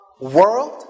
world